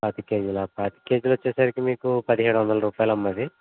పాతిక కేజీలా పాతిక కేజీలు వచ్చేసరికి మీకు పదిహేడొందలు రూపాయలమ్మ అది